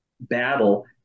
battle